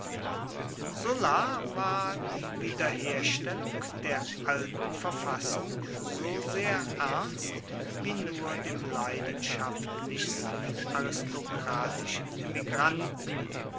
sulla war die wiederherstellung der alten verfassung so sehr ernst wie nur dem leidenschaftlichsten aristokratischen emigranten